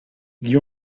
gli